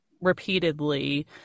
repeatedly